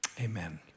amen